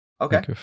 Okay